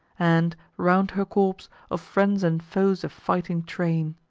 and, round her corpse, of friends and foes a fighting train.